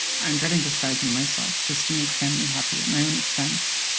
i'm dreading disguising myself just to make family happy at my own expense